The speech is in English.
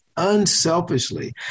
unselfishly